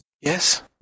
Yes